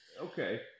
Okay